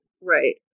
Right